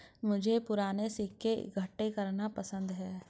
मुझे पूराने सिक्के इकट्ठे करना पसंद है